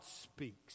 speaks